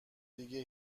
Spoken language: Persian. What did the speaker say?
دیگه